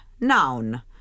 noun